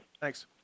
Thanks